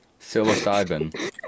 Psilocybin